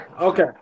Okay